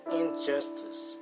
injustice